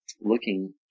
looking